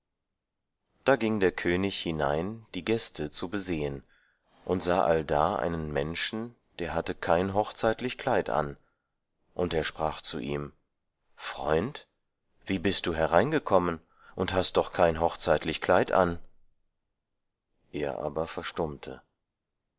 da ging der könig hinein die gäste zu besehen und sah allda einen menschen der hatte kein hochzeitlich kleid an und er sprach zu ihm freund wie bist du hereingekommen und hast doch kein hochzeitlich kleid an er aber verstummte